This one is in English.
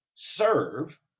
serve